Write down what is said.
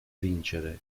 vincere